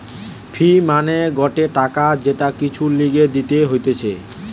ফি মানে গটে টাকা যেটা কিছুর লিগে দিতে হতিছে